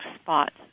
spots